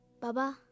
Baba